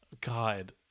God